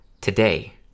Today